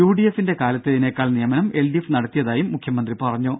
യുഡിഎഫിന്റെ കാലത്തേതിനേക്കാൾ നിയമനം എൽഡിഎഫ് നടത്തിയതായി മുഖ്യമന്ത്രി പറഞ്ഞു